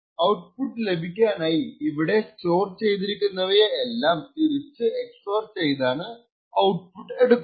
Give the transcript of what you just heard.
output ലഭിക്കാനായി ഇവിടെ store ചെയ്തിരിക്കുന്നവയെ എല്ലാം തിരിച്ചു എക്സ് ഓർ ചെയ്താണ് ഔട്പുട്ട് എടുക്കുന്നത്